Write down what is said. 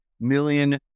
million